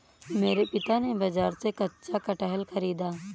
मेरे पिता ने बाजार से कच्चा कटहल खरीदा